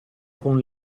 con